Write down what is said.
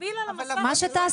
מה שתעשי.